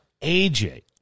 AJ